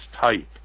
type